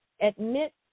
admit